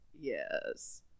Yes